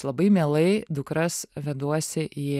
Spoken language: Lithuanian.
labai mielai dukras veduosi į